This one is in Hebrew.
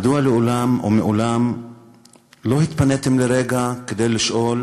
מדוע לעולם או מעולם לא התפניתם לרגע כדי לשאול